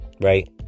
right